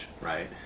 right